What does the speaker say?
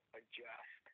adjust